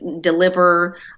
deliver